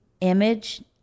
image